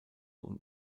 und